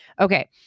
Okay